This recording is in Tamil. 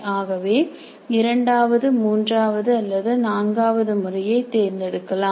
ஆகவே இரண்டாவது மூன்றாவது அல்லது நான்காவது முறையை தேர்ந்தெடுக்கலாம்